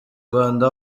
rwanda